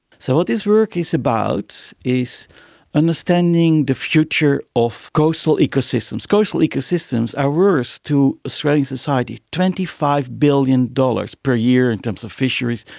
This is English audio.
so what this work is about is understanding the future of coastal ecosystems. coastal ecosystems are worth to australian society twenty five billion dollars per year in terms terms of fisheries,